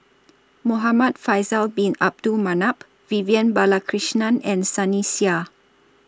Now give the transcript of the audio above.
Muhamad Faisal Bin Abdul Manap Vivian Balakrishnan and Sunny Sia